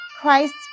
Christ